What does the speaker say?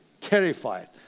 terrified